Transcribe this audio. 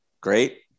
Great